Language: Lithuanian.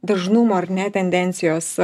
dažnumo ar ne tendencijos